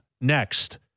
next